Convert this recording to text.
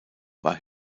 war